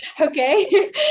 Okay